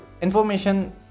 information